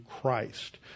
Christ